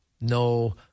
No